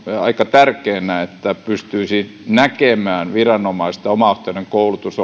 aika tärkeänä että viranomaiset pystyisivät näkemään että omaehtoinen koulutus